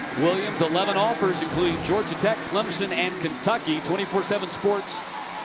williams, eleven offers, including georgia tech, clemson and kentucky. twenty four seven sports,